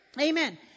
Amen